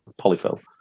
polyfill